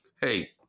Hey